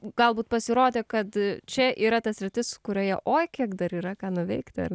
galbūt pasirodė kad čia yra ta sritis kurioje oi kiek dar yra ką nuveikti ar